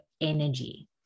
energy